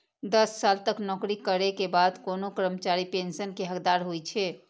दस साल तक नौकरी करै के बाद कोनो कर्मचारी पेंशन के हकदार होइ छै